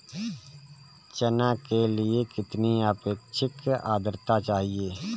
चना के लिए कितनी आपेक्षिक आद्रता चाहिए?